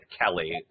Kelly